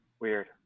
Weird